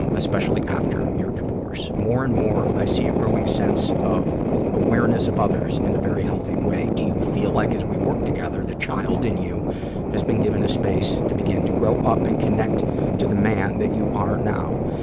um especially after your divorce. more and more i see a growing sense of, quote, awareness of others in a very healthy way. do you feel like, as we work together, the child in you has been given a space to begin to grow up and connect to the man that you are now?